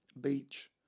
beach